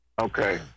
Okay